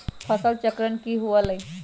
फसल चक्रण की हुआ लाई?